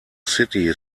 city